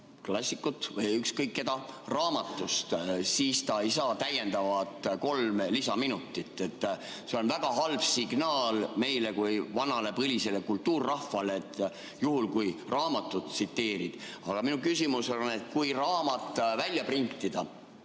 klassikut või ükskõik keda raamatust, siis ta ei saa kolme lisaminutit. See on väga halb signaal meile kui vanale põlisele kultuurrahvale, et juhul kui raamatut tsiteerid ... Aga minu küsimus on: kas sel juhul, kui raamat välja printida